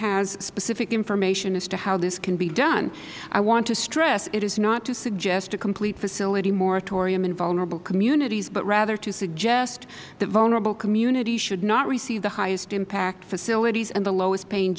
has specific information as to how this can be done i want to stress it is not to suggest a complete facility moratorium in vulnerable communities but rather to suggest that vulnerable communities should not receive the highest impact facilities and the lowest paying